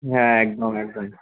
হ্যাঁ একদম একদম